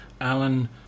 Alan